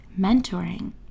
mentoring